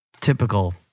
typical